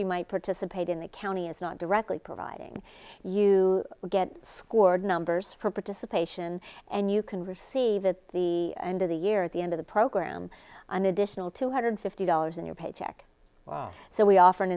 you might participate in the county is not directly providing you get scored numbers for participation and you can receive at the end of the year at the end of the program an additional two hundred fifty dollars in paycheck well so we of